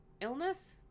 illness